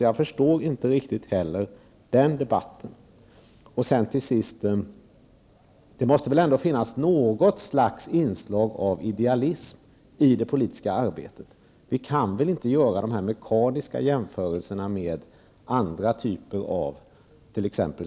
Jag förstår därför inte heller den debatten. För övrigt måste det väl finnas något slags inslag av idealism i det politiska arbetet. Vi kan väl inte göra mekaniska jämförelser med andra typer av t.ex.